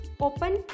open